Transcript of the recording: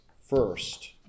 first